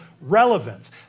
relevance